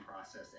process